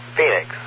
Phoenix